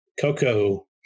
Coco